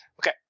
Okay